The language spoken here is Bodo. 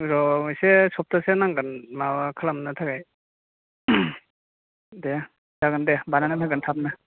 र' एसे सब्थासे नांगोन माबा खालामनो थाखाय दे जागोन दे बानायनानै होगोन थाबनो